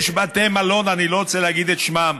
יש בתי מלון, אני לא רוצה להגיד את שמם,